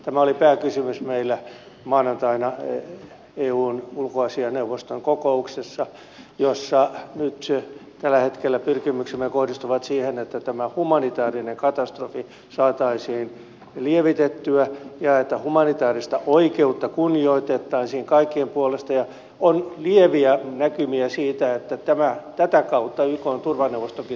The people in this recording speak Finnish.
tämä oli pääkysymys meillä maanantaina eun ulkoasiainneuvoston kokouksessa ja nyt tällä hetkellä pyrkimyksemme kohdistuvat siihen että tämä humanitaarinen katastrofi saataisiin lievitettyä ja että humanitaarista oikeutta kunnioitettaisiin kaikkien puolesta ja on lieviä näkymiä siitä että tätä kautta ykn turvaneuvostokin saattaisi aktivoitua